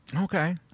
Okay